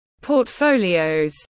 portfolios